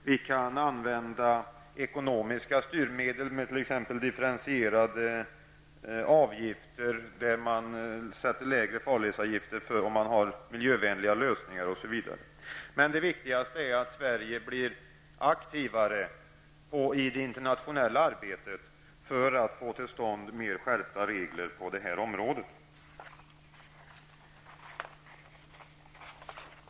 Det går att använda ekonomiska styrmedel med t.ex. differentierade avgifter, exempelvis lägre farledsavgifter vid miljövänliga lösningar. Det viktigaste är att Sverige blir aktivare i det internationella arbetet för att vi skall kunna få till stånd en skärpning av reglerna på det här området.